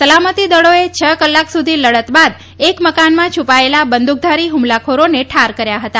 સલામતી દળોએ છ કલાક સુધી લડત બાદ એક મકાનમાં છુપાયેલા બંદૂકધારી હ્મલાખોરોને ઠાર કર્યા હતા